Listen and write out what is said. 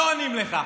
לא עונים לך.